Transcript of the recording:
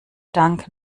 dank